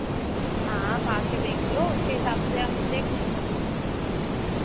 हाँ आप आके देख लो उसके हिसाब से आप देख लेंगे अपन